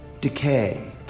decay